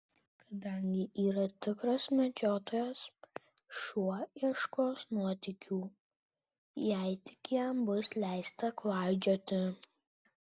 kadangi yra tikras medžiotojas šuo ieškos nuotykių jei tik jam bus leista klaidžioti